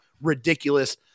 ridiculous